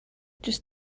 just